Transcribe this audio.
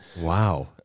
Wow